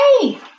hey